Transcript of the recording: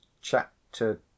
Chapter